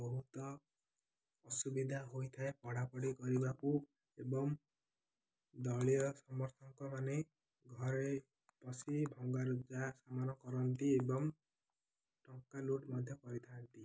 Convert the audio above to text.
ବହୁତ ଅସୁବିଧା ହୋଇଥାଏ ପଢ଼ାପଢ଼ି କରିବାକୁ ଏବଂ ଦଳୀୟ ସମସ୍ତଙ୍କ ମାନେ ଘରେ ପସି ଭଙ୍ଗାରୁଜା ସମାନ କରନ୍ତି ଏବଂ ଟଙ୍କା ଲୁଟ ମଧ୍ୟ କରିଥାନ୍ତି